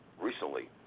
recently